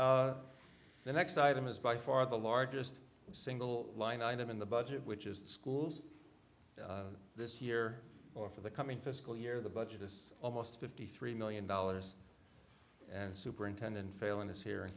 ok the next item is by far the largest single line item in the budget which is the schools this year or for the coming fiscal year the budget is almost fifty three million dollars and superintendent failon is here in